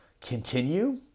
continue